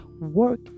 work